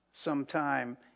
Sometime